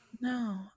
No